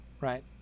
right